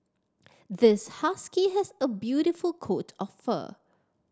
this husky has a beautiful coat of fur